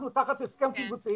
אנחנו תחת הסכם קיבוצי